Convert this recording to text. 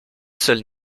seule